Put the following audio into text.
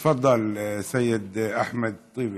תפדל, סייד אחמד טיבי.